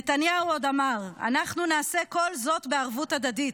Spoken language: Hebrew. נתניהו עוד אמר: "אנחנו נעשה כל זאת בערבות הדדית".